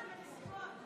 זה במסיבות.